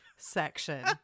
section